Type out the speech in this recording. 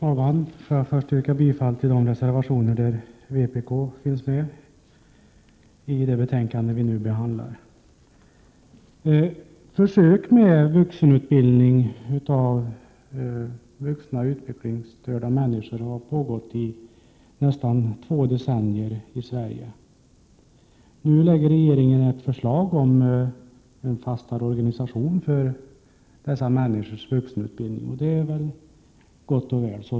Herr talman! Jag ber först att få yrka bifall till de reservationer i detta betänkande där vpk finns med. Försök med vuxenutbildning för vuxna utvecklingsstörda människor har pågått i nästan två decennier i Sverige. Nu lägger regeringen fram ett förslag om en fastare organisation för dessa människors vuxenutbildning, och så långt är det gott och väl.